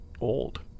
old